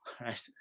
right